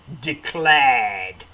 declared